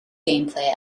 gameplay